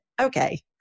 okay